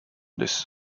this